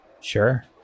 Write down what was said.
Sure